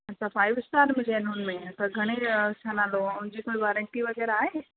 अछा five star मिलिया आहिनि हुनमें त घणे छा नालो आहे उनजी कोई वारंटी वग़ैरह आहे